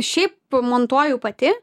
šiaip montuoju pati